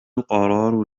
القرار